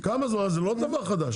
זה לא דבר חדש.